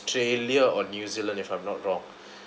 australia or new zealand if I'm not wrong